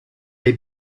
dei